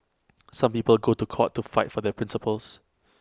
some people go to court to fight for their principles